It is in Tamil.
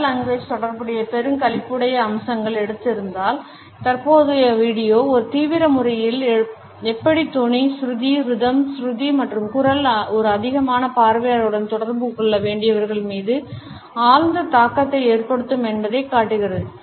முந்தைய வீடியோ காட்சிகள் paralanguage தொடர்புடைய பெருங்களிப்புடைய அம்சங்கள் எடுத்து இருந்தால் தற்போதைய வீடியோ ஒரு தீவிர முறையில் எப்படி தொனி சுருதி ரிதம் சுருதி மற்றும் குரல் ஒரு அதிகமான பார்வையாளர்களுடன் தொடர்பு கொள்ள வேண்டியவர்கள் மீது ஆழ்ந்த தாக்கத்தை ஏற்படுத்தும் என்பதைக் காட்டுகிறது